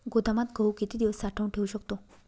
गोदामात गहू किती दिवस साठवून ठेवू शकतो?